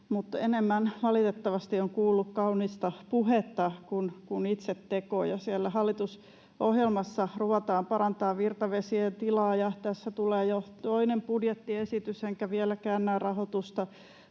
enemmän valitettavasti olen kuullut kaunista puhetta kuin itse tekoja. Siellä hallitusohjelmassa luvataan parantaa virtavesien tilaa, ja tässä tulee jo toinen budjettiesitys, enkä vieläkään näe rahoitusta